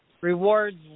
rewards